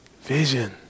vision